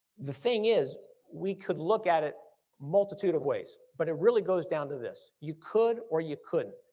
the thing is we could look at it multitude of ways, but it really goes down to this you could or you couldn't.